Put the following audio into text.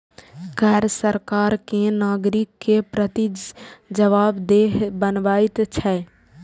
कर सरकार कें नागरिक के प्रति जवाबदेह बनबैत छै